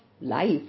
life